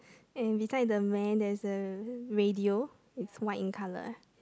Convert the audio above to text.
and beside the man there is a radio it's white in colour